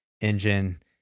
engine